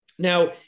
Now